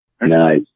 Nice